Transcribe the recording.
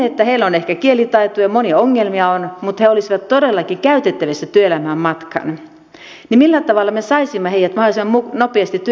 heillä on ehkä kielitaitoa ja monia ongelmia on mutta kun he olisivat todellakin käytettävissä työelämään matkaan niin millä tavalla me saisimme heidät mahdollisimman nopeasti työelämään matkaan